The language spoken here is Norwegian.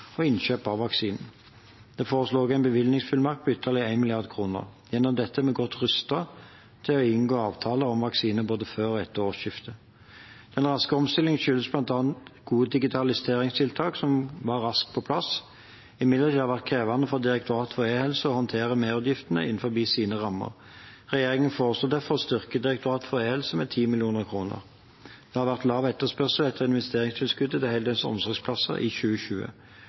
og innkjøp av vaksinen. Det foreslås også en bevilgningsfullmakt på ytterligere 1 mrd. kr. Gjennom dette er vi godt rustet til å inngå avtaler om vaksine både før og etter årsskiftet. Den raske omstillingen skyldes bl.a. gode digitaliseringstiltak som var raskt på plass. Imidlertid har det vært krevende for Direktoratet for e-helse å håndtere merutgiftene innenfor sine rammer. Regjeringen foreslår derfor å styrke Direktoratet for e-helse med 10 mill. kr. Det har vært lav etterspørsel etter investeringstilskuddet til heldøgns omsorgsplasser i 2020.